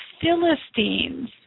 Philistines